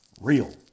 real